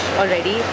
already